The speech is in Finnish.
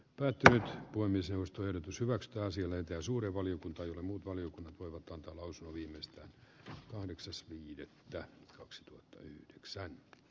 kaikki toimisi vastoin kysyvät ja sienet ja suuri valiokunta ja muut valiokunnat voivat antaa lausunnon viimeistään kahdeksas yhdeksättä kaksituhattayhdeksän